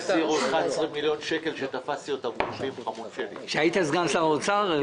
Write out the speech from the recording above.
החזירו 11 מיליון שקל שתפסתי אותם כאשר הייתי סגן שר האוצר.